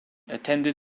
attended